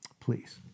Please